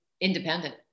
independent